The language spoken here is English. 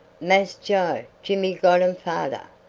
mass joe! jimmy got um fader.